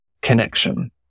Connection